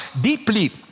deeply